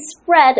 spread